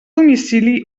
domicili